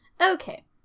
Okay